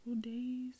days